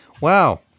Wow